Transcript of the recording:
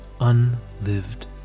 unlived